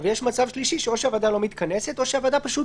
אבל יש מצב שלישי שאו שהוועדה לא מתכנסת או שהוועדה פשוט